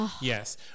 yes